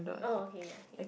oh okay okay